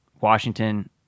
washington